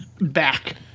back